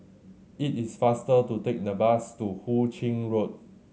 it is faster to take the bus to Hu Ching Road